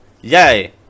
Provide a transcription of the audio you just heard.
Yay